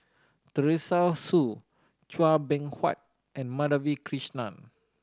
Teresa Hsu Chua Beng Huat and Madhavi Krishnan